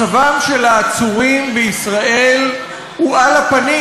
מצבם של העצורים בישראל הוא על הפנים.